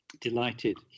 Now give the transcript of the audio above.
delighted